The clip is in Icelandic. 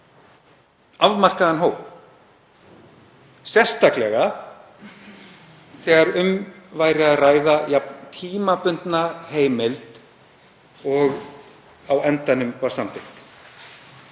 afmarkaðan hóp, sérstaklega þegar um væri að ræða jafn tímabundna heimild og á endanum var samþykkt.